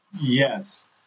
Yes